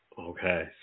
Okay